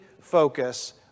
focus